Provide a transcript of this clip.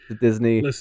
disney